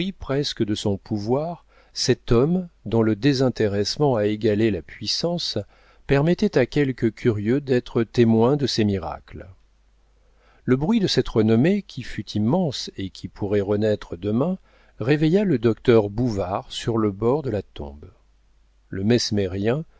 presque de son pouvoir cet homme dont le désintéressement a égalé la puissance permettait à quelques curieux d'être témoins de ses miracles le bruit de cette renommée qui fut immense et qui pourrait renaître demain réveilla le docteur bouvard sur le bord de la tombe le mesmérien